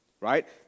right